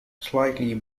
slightly